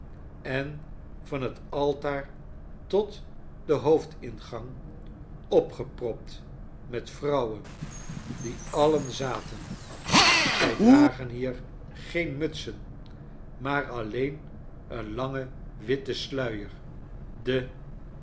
en van het altaar tot den hoofdingang opgepropt met vrouwen die alien zaten zij dragen hier geen mutsen maar alleen een langen witten sluier de